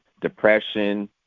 depression